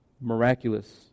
miraculous